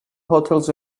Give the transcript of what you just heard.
hotels